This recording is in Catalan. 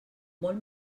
molt